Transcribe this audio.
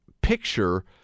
picture